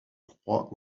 croix